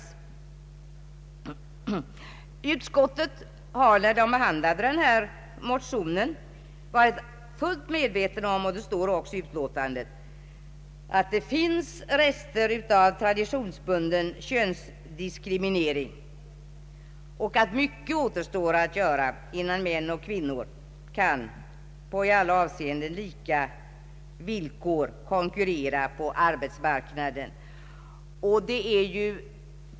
I utskottet har man vid behandlingen av motionen varit fullt medveten om — det står också i utlåtandet — att det finns rester av traditionsbunden könsdiskriminering och att mycket återstår att göra innan män och kvinnor kan på i alla avseenden lika villkor konkurrera på arbetsmarknaden.